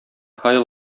һай